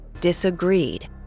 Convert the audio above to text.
disagreed